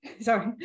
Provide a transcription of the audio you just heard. sorry